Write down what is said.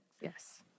yes